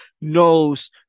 knows